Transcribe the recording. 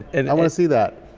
and i want to see that.